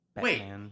Wait